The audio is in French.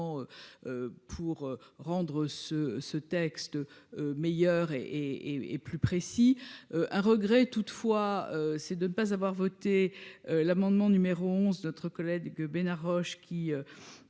pour rendre ce ce texte de meilleur et et plus précis, un regret toutefois, c'est de ne pas avoir voté l'amendement numéro 11 d'autres collègues Bénard Roche qui,